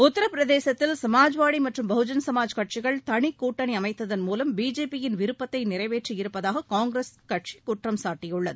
உத்தரபிரதேசத்தில் சமாஜ்வாதி மற்றும் பகுஜன் சமாஜ் கட்சிகள் தனிக்கூட்டணி அமைத்ததன் மூலம் பிஜேபி யின் விருப்பதை நிறைவேற்றியிருப்பதாக காங்கிரஸ் கட்சி குற்றம்சாட்டியுள்ளது